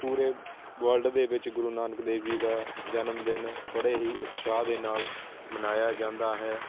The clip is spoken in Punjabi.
ਪੂਰੇ ਵਰਲਡ ਦੇ ਵਿੱਚ ਗੁਰੂ ਨਾਨਕ ਦੇਵ ਜੀ ਦਾ ਜਨਮ ਦਿਨ ਬੜੇ ਹੀ ਉਤਸ਼ਾਹ ਦੇ ਨਾਲ ਮਨਾਇਆ ਜਾਂਦਾ ਹੈ